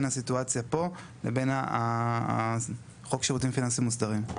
הסיטואציה פה לבין חוק שירותים פיננסים מוסדרים.